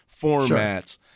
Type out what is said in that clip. formats